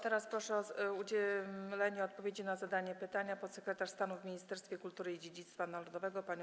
Teraz proszę o udzielenie odpowiedzi na zadane pytania podsekretarz stanu w Ministerstwie Kultury i Dziedzictwa Narodowego panią